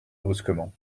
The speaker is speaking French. brusquement